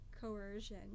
coercion